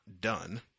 done